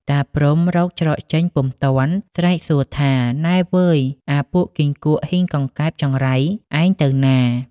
តាព្រហ្មរកច្រកចេញពុំទាន់ ស្រែកសួរថា” នៃវ៉ឺយ! អាពួកគីង្គក់ ហ៊ីងកង្កែប ចង្រៃ ឯងទៅណា ? ”។